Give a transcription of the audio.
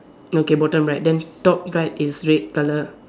okay bottom right then top right is red colour